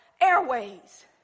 airways